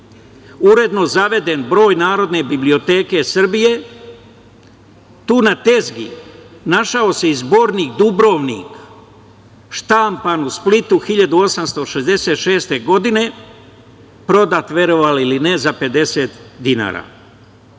uredno zaveden broj Narodne biblioteke Srbije. Tu na tezgi našao se i Zbornik „Dubrovnik“, štampan u Splitu 1866. godine, prodat verovali ili ne, za 50 dinara.